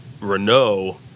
Renault